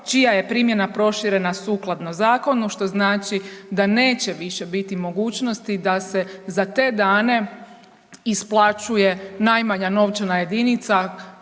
čija je primjena proširena sukladno zakonu, što znači da neće više biti mogućnosti da se za te dane isplaćuje najmanja novčana jedinica,